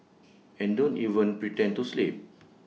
and don't even pretend to sleep